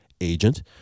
agent